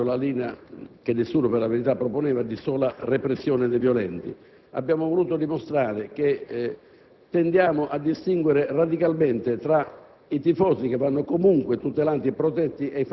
il tutto perché non abbiamo adottato la linea (che nessuno, per la verità, proponeva) di sola repressione dei violenti, ma abbiamo voluto dimostrare che tendiamo a distinguere radicalmente tra